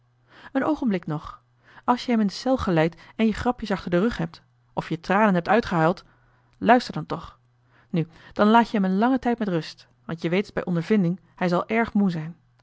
een oogenblik nog als je hem in de cel geleid en je grapjes achter den rug hebt of je tranen hebt uitgehuild luister dan toch nu dan laat je hem een langen tijd met rust want je weet het bij ondervinding hij zal erg moe zijn